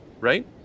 right